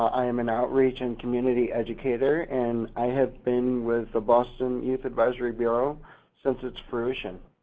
i am an outreach and community educator and i have been with the boston youth advisory bureau since its fruition.